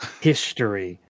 history